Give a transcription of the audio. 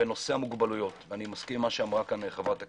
נושא המוגבלויות אני מסכים עם מה שאמרה חברת הכנסת,